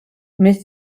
més